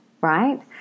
right